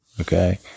Okay